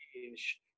change